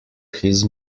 his